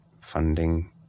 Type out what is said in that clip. funding